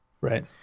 Right